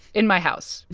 in my house,